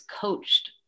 coached